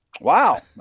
Wow